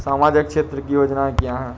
सामाजिक क्षेत्र की योजनाएँ क्या हैं?